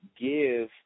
give